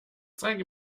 zeige